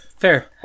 fair